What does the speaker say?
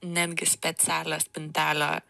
netgi specialią spintelę